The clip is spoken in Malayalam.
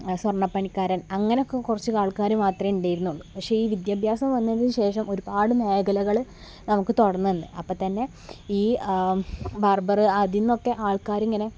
സ്വർണ്ണപ്പണിക്കാരൻ അങ്ങനെയൊക്കെ കുറച്ച് ആൾക്കാർ മാത്രമുണ്ടായിരുന്നുള്ളൂ പക്ഷേ ഈ വിദ്യാഭ്യാസം വന്നതിനു ശേഷം ഒരുപാട് മേഖലകൾ നമുക്ക് തുറന്നു തന്ന് അപ്പം തന്നെ ഈ ബാർബർ അതിൽ നിന്നൊക്കെ ആൾക്കാർ ഇങ്ങനെ